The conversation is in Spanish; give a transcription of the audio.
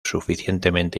suficientemente